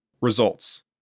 Results